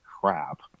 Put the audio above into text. crap